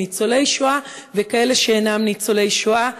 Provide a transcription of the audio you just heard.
ניצולי השואה וכאלה שאינם ניצולי השואה.